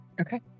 okay